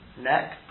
neck